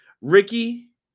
Ricky